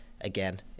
again